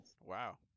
wow